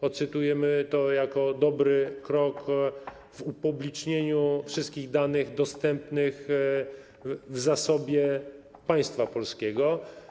Odczytujemy to jako dobry krok w kierunku upublicznienia wszystkich danych dostępnych w zasobie państwa polskiego.